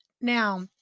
Now